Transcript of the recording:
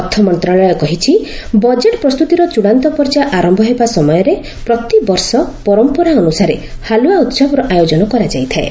ଅର୍ଥ ମନ୍ତ୍ରଣାଳୟ କହିଛି ବଜେଟ୍ ପ୍ରସ୍ତୁତିର ଚୂଡ଼ାନ୍ତ ପର୍ଯ୍ୟାୟ ଆରମ୍ଭ ହେବା ସମୟରେ ପ୍ରତିବର୍ଷ ପରମ୍ପରା ଅନୁସାରେ ହାଲୱା ଉହବର ଆୟୋଜନ କରାଯାଇଥାଏ